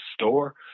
store